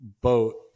boat